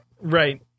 Right